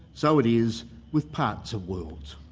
so it is with parts of worlds.